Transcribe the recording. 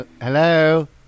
Hello